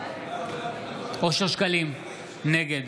נגד